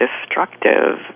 destructive